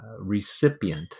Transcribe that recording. recipient